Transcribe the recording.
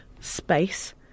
space